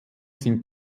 sind